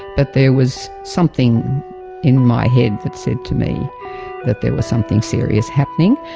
but there was something in my head that said to me that there was something serious happening.